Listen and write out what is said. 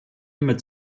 mit